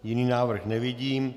Jiný návrh nevidím.